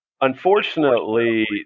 Unfortunately